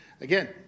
again